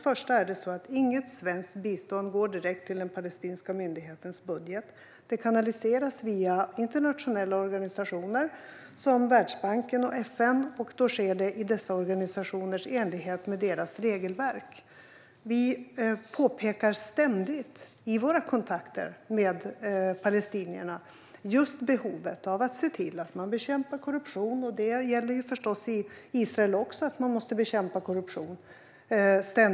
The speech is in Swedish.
Först och främst går inget svenskt bistånd direkt till den palestinska myndighetens budget. Det kanaliseras via internationella organisationer som Världsbanken och FN, och det sker i enlighet med dessa organisationers regelverk. Vi påpekar ständigt i våra kontakter med palestinierna just behovet av att se till att man bekämpar korruption. Det gäller förstås också i Israel att man ständigt måste bekämpa korruption.